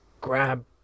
grab